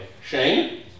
Shane